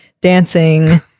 dancing